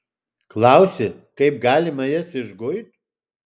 klausi kaip galima jas išguit